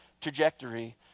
trajectory